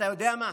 אתה יודע מה,